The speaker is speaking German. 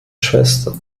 schwester